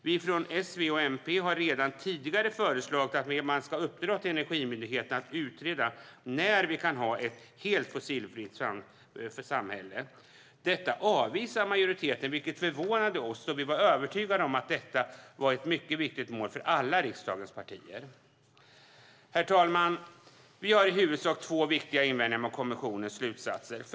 Vi från S, V och MP har redan tidigare föreslagit att man ska uppdra till Energimyndigheten att utreda när vi kan ha ett helt fossilfritt samhälle. Detta avvisade majoriteten, vilket förvånade oss då vi var övertygade om att det var ett mycket viktigt mål för alla riksdagens partier. Herr talman! Vi har i huvudsak två viktiga invändningar mot kommissionens slutsatser.